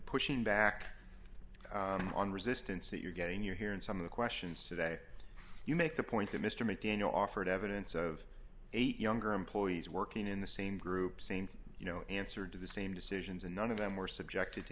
pushing back on resistance that you're getting your here and some of the questions today you make the point that mr mcdaniel offered evidence of eight younger employees working in the same group same thing you know answer to the same decisions and none of them were subjected to